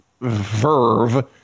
verve